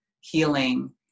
healing